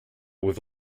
with